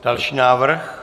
Další návrh.